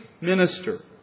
minister